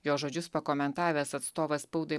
jo žodžius pakomentavęs atstovas spaudai